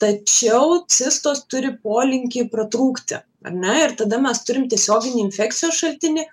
tačiau cistos turi polinkį pratrūkti ar ne ir tada mes turim tiesioginį infekcijos šaltinį